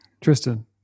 Tristan